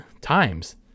times